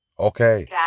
Okay